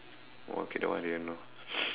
okay that one I didn't know